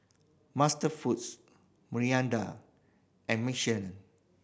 MasterFoods Mirinda and Michelin